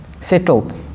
settled